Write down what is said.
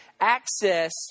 Access